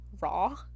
raw